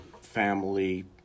family